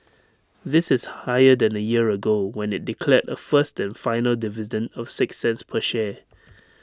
this is higher than A year ago when IT declared A first and final dividend of six cents per share